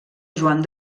joan